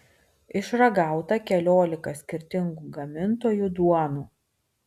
išragauta keliolika skirtingų gamintojų duonų